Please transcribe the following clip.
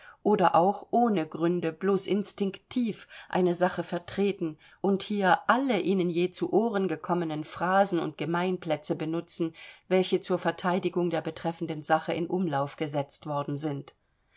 oder auch ohne gründe bloß instinktiv eine sache vertreten und hier alle ihnen je zu ohren gekommenen phrasen und gemeinplätze benutzen welche zur verteidigung der betreffenden sache in umlauf gesetzt worden sind